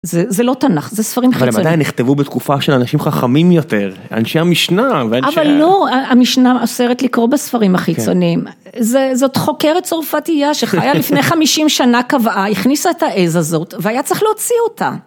זה לא תנ״ך, זה ספרים חיצוניים. אבל הם עדיין נכתבו בתקופה של אנשים חכמים יותר, אנשי המשנה. אבל לא, המשנה אוסרת לקרוא בספרים החיצוניים. זאת חוקרת צרפתייה, שחיה לפני 50 שנה קבעה, הכניסה את העז הזאת, והיה צריך להוציא אותה.